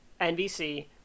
NBC